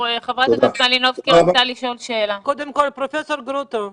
הוא אמר שהוסיפו מיטות.